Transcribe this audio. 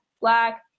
black